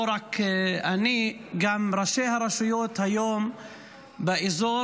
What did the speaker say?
לא רק אני, גם ראשי הרשויות היום באזור,